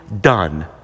done